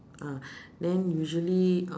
ah then usually uh